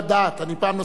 פעם נוספת אני אומר,